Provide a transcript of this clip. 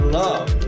love